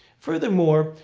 furthermore,